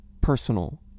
personal